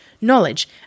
knowledge